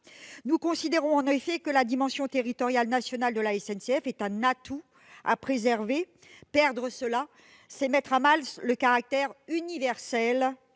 Nous considérons que la dimension territoriale nationale de la SNCF est un atout à préserver. Perdre cela, c'est mettre à mal le caractère universel